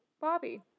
Bobby